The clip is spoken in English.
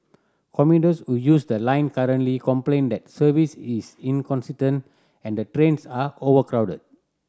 commuters who use the line currently complain that service is inconsistent and the trains are overcrowded